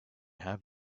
have